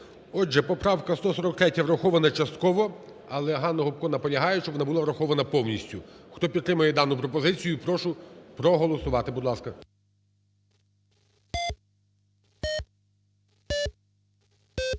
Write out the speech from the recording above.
Отже, поправка 143 врахована частково, але Ганна Гопко наполягає, щоб вона була врахована повністю. Хто підтримує дану пропозицію, прошу проголосувати, будь ласка.